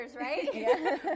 right